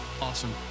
Awesome